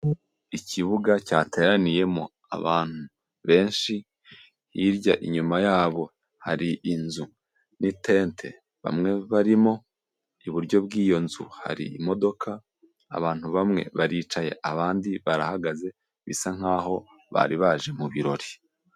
Ikibuga cyateraniyemo abantu benshi, hirya inyuma yabo hari inzu n'itente bamwe barimo, iburyo bw'iyo nzu hari imodoka, abantu bamwe baricaye abandi barahagaze, bisa nk'aho bari baje mu birori.